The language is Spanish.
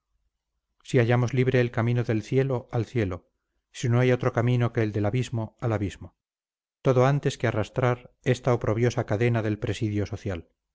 si hallamos libre el camino del cielo al cielo si no hay otro camino que el del abismo al abismo todo antes que arrastrar esta oprobiosa cadena del presidio social